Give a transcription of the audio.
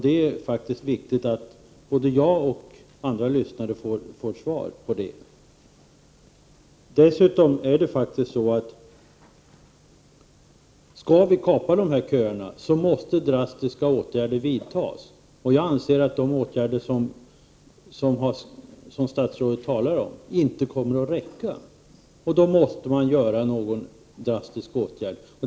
Det är faktiskt viktigt att både jag och andra som lyssnar får svar på den frågan. Om vi skall kapa köerna måste drastiska åtgärder vidtas, och jag anser att de åtgärder som statsrådet talar om inte kommer att räcka till. I det läget måste vi vidta någon drastisk åtgärd.